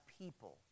people